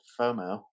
FOMO